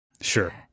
Sure